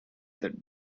that